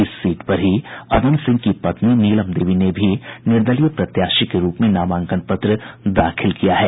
इस सीट पर ही अनंत सिंह की पत्नी नीलम देवी ने भी निर्दलीय प्रत्याशी के रूप में नामांकन पत्र दाखिल किया है